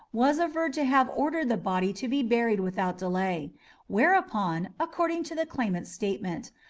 was averred to have ordered the body to be buried without delay whereupon, according to the claimant's statement,